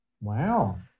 Wow